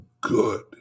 good